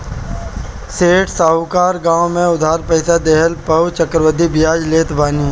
सेठ साहूकार गांव में उधार पईसा देहला पअ चक्रवृद्धि बियाज लेत बाने